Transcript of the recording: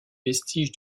vestiges